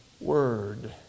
word